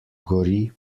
gori